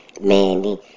Mandy